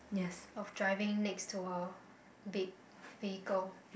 of driving next to a big vehicle